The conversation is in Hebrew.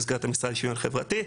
במסגרת המשרד לשוויון חברתי.